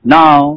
Now